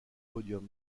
podium